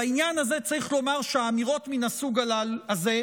בעניין הזה צריך לומר שאמירות מן הסוג הזה,